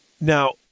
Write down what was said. now